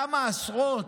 כמה עשרות,